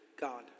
God